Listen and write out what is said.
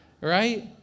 right